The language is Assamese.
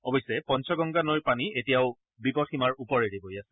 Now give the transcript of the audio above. অৱশ্যে পঞ্চগংগা নৈৰ পানী এতিয়াও বিপদসীমাৰ ওপৰেৰে বৈ আছে